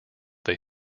they